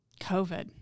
COVID